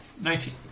Nineteen